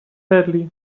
sadly